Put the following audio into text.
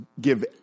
give